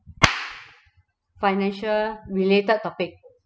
financial related topic